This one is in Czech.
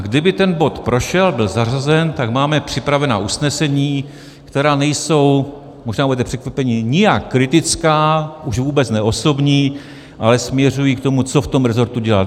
Kdyby ten bod prošel a byl zařazen, tak máme připravena usnesení, která nejsou, možná budete překvapeni, nějak kritická, už vůbec ne osobní, ale směřují k tomu, co v tom rezortu dělat.